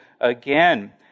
again